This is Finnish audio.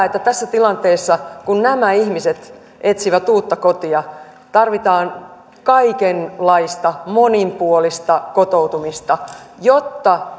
että tässä tilanteessa kun nämä ihmiset etsivät uutta kotia tarvitaan kaikenlaista monipuolista kotoutumista jotta